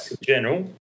general